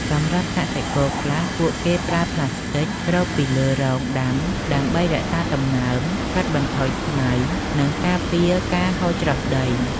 សម្រាប់កសិករខ្លះ ពួកគេប្រើ ប្លាស្ទិក គ្របពីលើរងដាំ ដើម្បីរក្សាសំណើម កាត់បន្ថយស្មៅ និងការពារការហូរច្រោះដី។